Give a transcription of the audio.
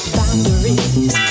boundaries